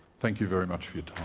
thank you very much for